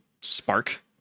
spark